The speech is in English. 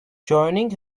joining